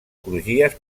crugies